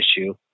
issue